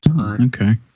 Okay